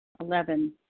Eleven